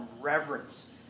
reverence